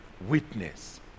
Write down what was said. witness